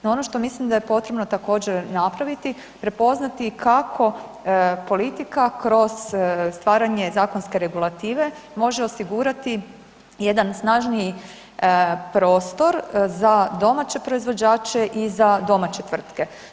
No ono što mislim da je potrebno također napraviti, prepoznati kako politika kroz stvaranje zakonske regulative može osigurati jedan snažniji prostor za domaće proizvođače i za domaće tvrtke.